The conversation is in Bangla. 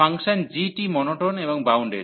ফাংশন g টি মনোটোন এবং বাউন্ডেড